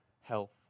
health